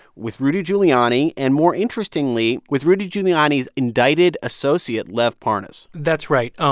with rudy giuliani and more interestingly, with rudy giuliani's indicted associate, lev parnas that's right. um